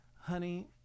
honey